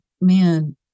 man